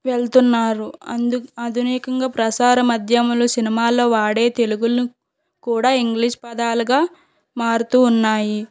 వెళ్తున్నారు అందు ఆధునికంగా ప్రసార మధ్యమలో సినిమాల్లో వాడే తెలుగును కూడా ఇంగ్లీష్ పదాలుగా మారుతూ ఉన్నాయి